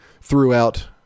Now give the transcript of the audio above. throughout